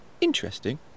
Interesting